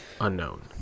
unknown